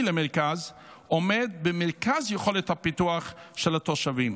למרכז עומד במרכז יכולת הפיתוח של התושבים.